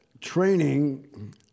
training